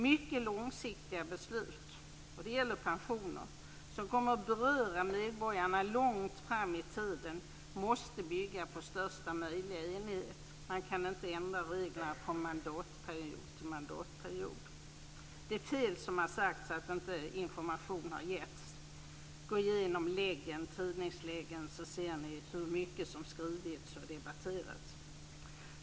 Mycket långsiktiga beslut - och det gäller pensioner - som kommer att beröra medborgare långt fram i tiden måste bygga på största möjliga enighet. Man kan inte ändra reglerna från mandatperiod till mandatperiod. Det är fel som har sagts att inte information har getts. Gå igenom tidningsläggen så ser ni hur mycket som skrivits och debatterats.